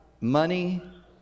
money